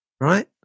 right